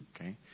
Okay